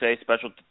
special